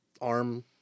arm